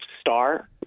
star